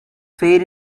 fair